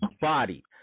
Body